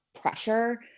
pressure